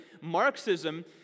Marxism